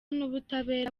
n’ubutabera